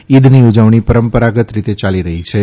ઇદની ઉજવણી પરંપરાગત રીતે ચાલી રહી છે